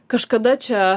kažkada čia